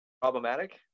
problematic